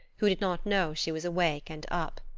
who did not know she was awake and up.